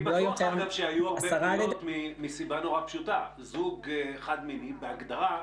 אני בטוח שהיו הרבה פניות מסיבה נורא פשוטה זוג חד-מיני בהגדרה,